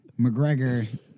McGregor